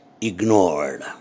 ignored